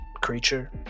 creature